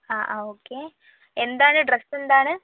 ആ ആ ഓക്കെ എന്താണ് ഡ്രസ്സ് എന്താണ്